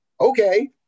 Okay